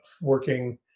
working